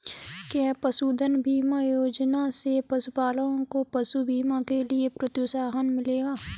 क्या पशुधन बीमा योजना से पशुपालकों को पशु बीमा के लिए प्रोत्साहन मिलेगा?